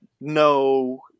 no